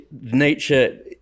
nature